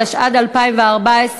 התשע"ד 2014,